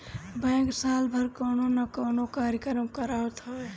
bank साल भर कवनो ना कवनो कार्यक्रम करावत हवे